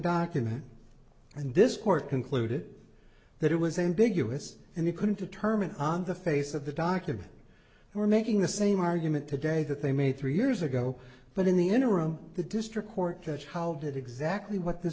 document and this court concluded that it was a big u s and you couldn't determine on the face of the document we're making the same argument today that they made three years ago but in the interim the district court judge how did exactly what th